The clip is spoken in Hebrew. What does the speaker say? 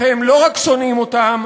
אתם לא רק שונאים אותם,